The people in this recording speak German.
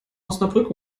osnabrück